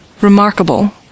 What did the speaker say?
Remarkable